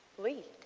lee.